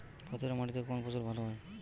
পাথরে মাটিতে কোন ফসল ভালো হয়?